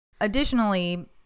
Additionally